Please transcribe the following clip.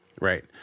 Right